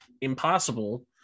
impossible